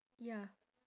ya